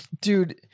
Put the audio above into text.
dude